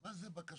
מה זה בקשות?